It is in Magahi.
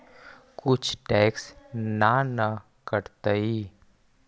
कुछ टैक्स ना न कटतइ?